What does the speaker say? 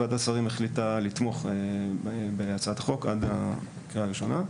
ועדת שרים החליטה לתמוך בהצעת החוק עד הקריאה הראשונה.